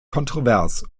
kontrovers